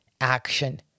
action